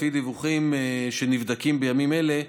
לפי דיווחים שנבדקים בימים אלה,